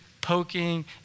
poking